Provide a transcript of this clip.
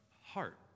heart